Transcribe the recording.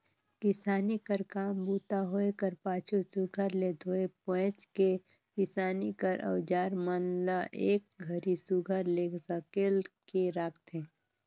किसानी कर काम बूता होए कर पाछू सुग्घर ले धोए पोएछ के किसानी कर अउजार मन ल एक घरी सुघर ले सकेल के राखथे